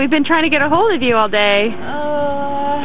we've been trying to get ahold of you all day